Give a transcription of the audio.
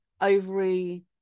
ovary